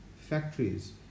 factories